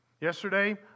Yesterday